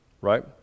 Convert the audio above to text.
right